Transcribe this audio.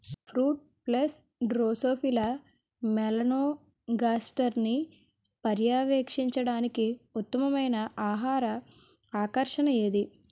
Fruit flies drosophila మెలనోగాస్టర్ని పర్యవేక్షించడానికి ఉత్తమమైన ఆహార ఆకర్షణ ఏది?